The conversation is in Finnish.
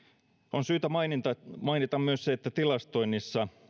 on syytä mainita mainita myös se että tilastoinnissa